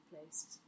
placed